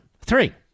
Three